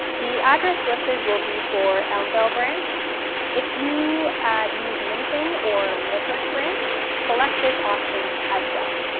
the address listed will be for elmvale branch if you use minesing or midhurst branch select this option as well.